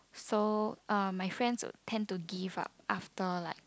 so uh my friends tend to give up after like